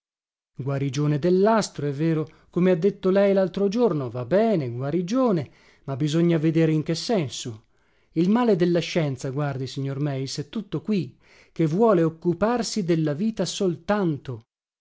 dellastro è vero come ha detto lei laltro giorno va bene guarigione ma bisogna vedere in che senso il male della scienza guardi signor meis è tutto qui che vuole occuparsi della vita soltanto